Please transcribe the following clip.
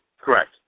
correct